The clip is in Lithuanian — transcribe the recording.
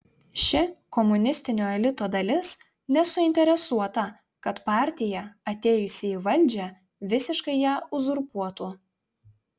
ši komunistinio elito dalis nesuinteresuota kad partija atėjusi į valdžią visiškai ją uzurpuotų